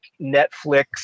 Netflix